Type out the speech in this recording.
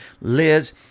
Liz